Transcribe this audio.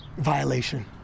violation